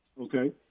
Okay